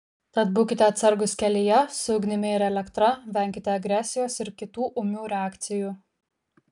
tad būkite atsargūs kelyje su ugnimi ir elektra venkite agresijos ir kitų ūmių reakcijų